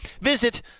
Visit